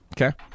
okay